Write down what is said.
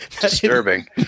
disturbing